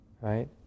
right